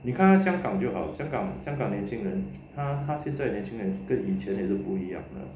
你看他香港就好香港香港年轻人他现在年轻人跟以前人不一样了